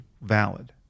valid